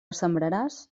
sembraràs